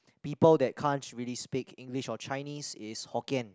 people that can't really speak English or Chinese is Hokkien